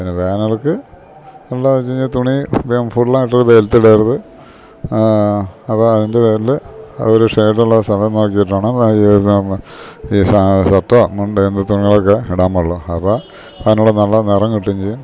പിന്നെ വേനല്ക്ക് എന്താന്ന്ച്ച്ഴിഞ്ഞാ തുണി വെ ഫുള്ളായിട്ട് വെയിലത്തിടരുത് അപ്പ അതിൻ്റെ പേരില് അ ഒരു ഷെഡൊള്ള സ്ഥലം നോക്കിട്ടാണ് ഈ ഷർട്ടൊ മുണ്ടൊ എന്ത് തുണികളൊക്കെ ഇടാമ്പാടുള്ളു അപ്പ അതിനുള്ള നല്ല നെറം കിട്ടേം ചെയ്യും